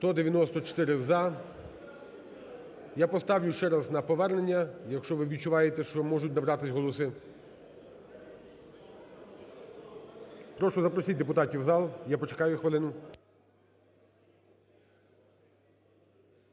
За-194 Я поставлю ще раз на повернення, якщо ви відчуваєте, що можуть набратись голоси. Прошу запросіть депутатів у зал, я почекаю хвилину.